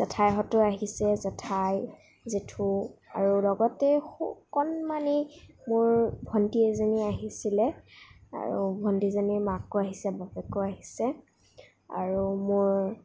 জেঠাইহঁতো আহিছে জেঠাই জেঠু আৰু লগতে সৰু অকণমানি মোৰ ভণ্টী এজনী আহিছিলে আৰু ভণ্টিজনীৰ মাকো আহিছে বাপেকো আহিছে আৰু মোৰ